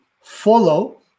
follow